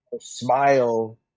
smile